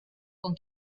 con